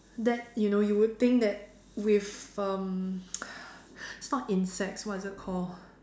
that you know you would think that with um it's not insects what is it call